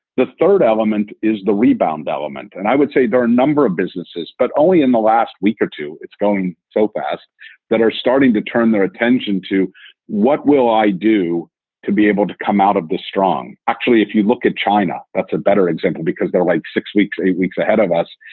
the third element is the rebound element. and i would say there are a number of businesses, but only in the last week or two. it's going so fast that are starting to turn their attention to what will i do to be able to come out of the strong. actually, if you look at china, that's a better example, because there are like six weeks a week ahead of us.